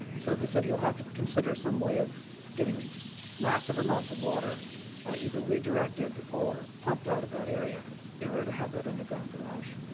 so the city will have to consider some way of getting massive amounts of water ah either redirected or pumped out of that area in order to have that underground garage.